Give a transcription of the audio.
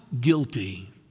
guilty